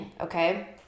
Okay